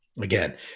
again